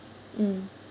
mm